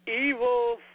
Evil